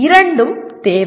இரண்டும் தேவை